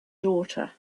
daughter